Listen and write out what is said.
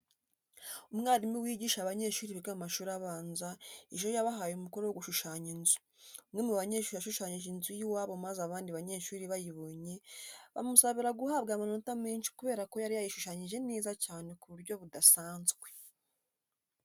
Umwarimu wigisha abanyeshuri biga mu mashuri abanza ejo yabahaye umukoro wo gushushanya inzu, umwe mu banyeshuri yashushanyije inzu y'iwabo maze abandi banyeshuri bayibonye bamusabira guhabwa amanota menshi kubera ko yari yayishushanyije neza cyane ku buryo budasanzwe.